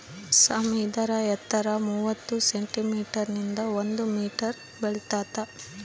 ಸಾಮೆ ಇದರ ಎತ್ತರ ಮೂವತ್ತು ಸೆಂಟಿಮೀಟರ್ ನಿಂದ ಒಂದು ಮೀಟರ್ ಬೆಳಿತಾತ